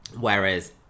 whereas